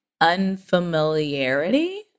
unfamiliarity